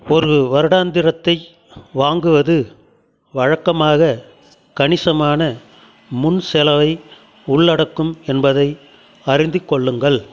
ஒரு வருடாந்திரத்தை வாங்குவது வழக்கமாக கணிசமான முன் செலவை உள்ளடக்கும் என்பதை அறிந்து கொள்ளுங்கள்